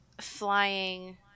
flying